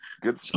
Good